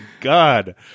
god